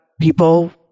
people